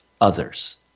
others